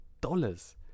dollars